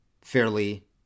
fairly